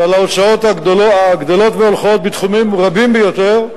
שעם ההוצאות הגדלות והולכות בתחומים רבים ביותר,